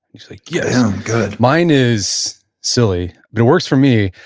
he's like, yes. yeah, good mine is silly, but it works for me.